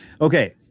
Okay